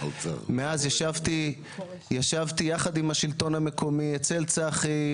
מאז ישבתי ביחד עם השלטון המקומי אצל צחי,